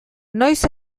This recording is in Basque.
noiz